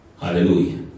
Hallelujah